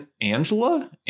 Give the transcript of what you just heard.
Angela